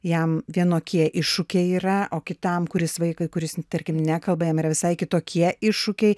jam vienokie iššūkiai yra o kitam kuris vaikui kuris tarkim nekalba jam yra visai kitokie iššūkiai